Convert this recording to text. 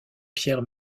pierre